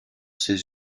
ses